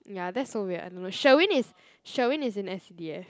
ya that's so weird I don't know Sherwin is Sherwin is in s_c_d_f